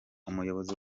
umuyobozi